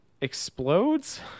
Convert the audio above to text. explodes